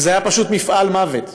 וזה היה פשוט מפעל מוות.